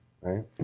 right